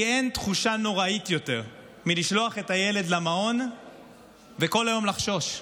כי אין תחושה נוראית יותר מלשלוח את הילד למעון וכל היום לחשוש,